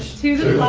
to